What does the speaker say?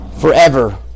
forever